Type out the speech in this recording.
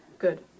Good